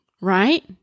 right